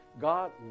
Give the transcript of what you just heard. God